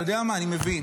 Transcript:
אתה יודע מה, אני מבין